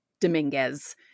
Dominguez